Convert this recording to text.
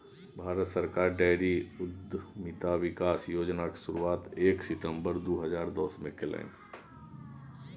भारत सरकार डेयरी उद्यमिता विकास योजनाक शुरुआत एक सितंबर दू हजार दसमे केलनि